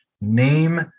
name